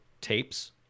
tapes